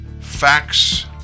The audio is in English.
Facts